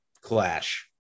clash